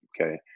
okay